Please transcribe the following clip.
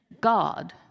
God